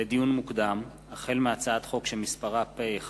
לדיון מוקדם: החל בהצעת חוק פ/1742/18